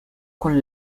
con